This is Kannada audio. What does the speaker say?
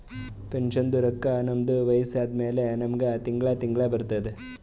ಪೆನ್ಷನ್ದು ರೊಕ್ಕಾ ನಮ್ದು ವಯಸ್ಸ ಆದಮ್ಯಾಲ ನಮುಗ ತಿಂಗಳಾ ತಿಂಗಳಾ ಬರ್ತುದ್